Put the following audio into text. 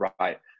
right